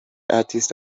artist